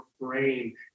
brain